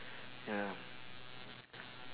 ya